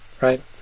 right